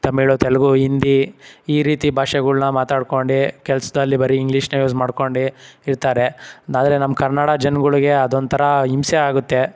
ತಮಿಳ್ ತೆಲುಗು ಹಿಂದಿ ಈ ರೀತಿ ಭಾಷೆಗಳ್ನ ಮಾತಾಡ್ಕೊಂಡು ಕೆಲ್ಸದಲ್ಲಿ ಬರೀ ಇಂಗ್ಲಿಷ್ನೇ ಯೂಸ್ ಮಾಡ್ಕೊಂಡು ಇರ್ತಾರೆ ಆದರೆ ನಮ್ಮ ಕನ್ನಡ ಜನ್ಗಳಿಗೆ ಅದೊಂಥರ ಹಿಂಸೆ ಆಗುತ್ತೆ